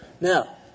Now